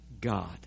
God